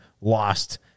lost